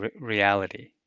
reality